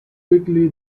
quickly